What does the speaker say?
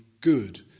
good